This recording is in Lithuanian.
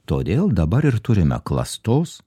todėl dabar ir turime klastos